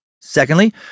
Secondly